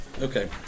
Okay